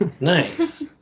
Nice